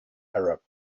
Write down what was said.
arab